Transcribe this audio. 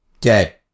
Dead